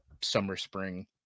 summer-spring